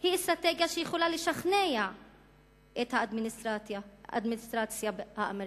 היא אסטרטגיה שיכולה לשכנע את האדמיניסטרציה האמריקנית.